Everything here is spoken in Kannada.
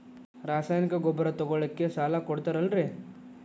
ರಾಸಾಯನಿಕ ಗೊಬ್ಬರ ತಗೊಳ್ಳಿಕ್ಕೆ ಸಾಲ ಕೊಡ್ತೇರಲ್ರೇ?